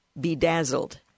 bedazzled